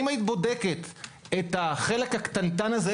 את החלק הקטנטן הזה,